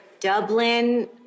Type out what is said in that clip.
Dublin